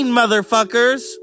motherfuckers